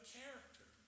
character